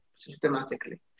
systematically